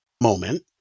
moment